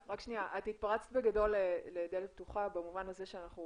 שהתפרצת לדלת פתוחה במובן הזה שאנחנו